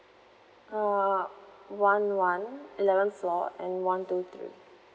uh one one eleven floor and one two three